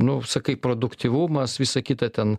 nu sakai produktyvumas visa kita ten